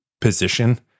position